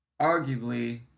arguably